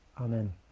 Amen